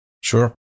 Sure